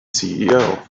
ceo